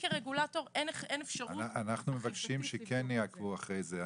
אנחנו מבקשים שכן יעקבו אחרי זה.